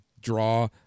draw